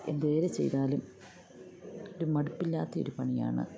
എന്തുവരെ ചെയ്താലും ഒരു മടുപ്പില്ലാത്ത ഒരു പണിയാണ്